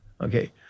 Okay